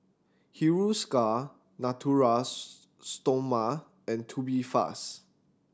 Hiruscar Naturals Stoma and Tubifast